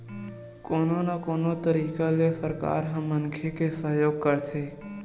कोनो न कोनो तरिका ले सरकार ह मनखे के सहयोग करथे